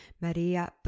Maria